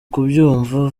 kubyumva